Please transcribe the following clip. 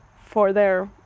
for their